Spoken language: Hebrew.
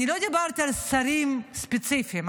--- אני לא דיברתי על שרים ספציפיים,